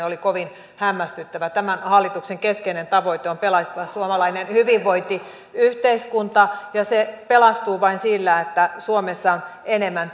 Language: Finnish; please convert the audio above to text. oli kovin hämmästyttävä tämän hallituksen keskeinen tavoite on pelastaa suomalainen hyvinvointiyhteiskunta ja se pelastuu vain sillä että suomessa on enemmän